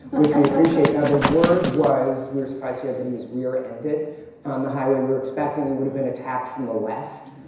which we appreciate now. the word was we were surprised here that he was rear ended on the how we were expecting he would've been attacked from the left.